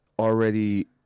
already